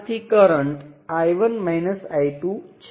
2 milliamp વહે છે અને આ 6 વોલ્ટ પર છે